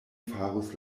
farus